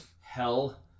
hell